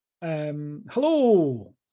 hello